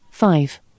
Five